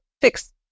fix